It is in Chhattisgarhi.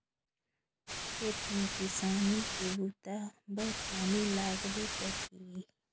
खेत में किसानी के बूता बर पानी लगबे करही